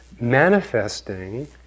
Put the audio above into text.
manifesting